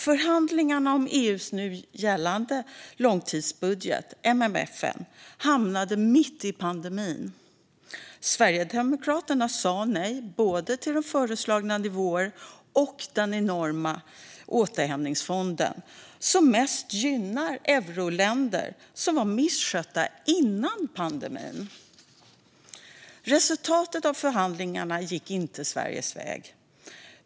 Förhandlingarna om EU:s nu gällande långtidsbudget, MFF:en, hamnade mitt i pandemin. Sverigedemokraterna sa nej till både föreslagna nivåer och den enorma återhämtningsfonden, som mest gynnar euroländer som var misskötta innan pandemin. Resultatet av förhandlingarna gick inte Sveriges väg.